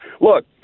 Look